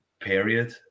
period